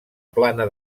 plana